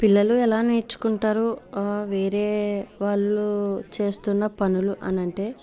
పిల్లలు ఎలా నేర్చుకుంటారు ఆ వేరే వాళ్ళు చేస్తున్న పనులు అనంటే